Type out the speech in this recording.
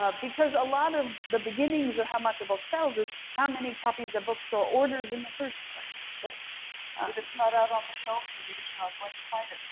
because a lot of the beginnings of how much a book sells is how many copies a bookstore orders in the first place. yep, if it's not out on the shelves, the reader's not going to find it.